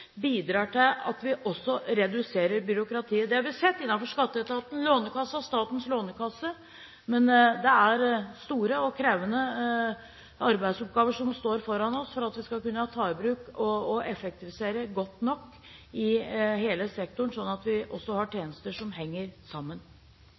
bidrar til at vi også reduserer byråkratiet. Det har vi sett innenfor skattetaten og Statens lånekasse. Men det er store og krevende arbeidsoppgaver som ligger foran oss for at vi skal kunne ta i bruk dette og effektivisere godt nok i hele sektoren, sånn at vi også har